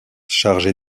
chargée